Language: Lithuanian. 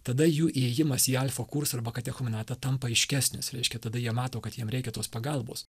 tada jų įėjimas į alfa kursų arba katechumenatą tampa aiškesnis reiškia tada jie mato kad jiem reikia tos pagalbos